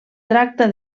tracta